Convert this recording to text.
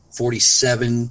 forty-seven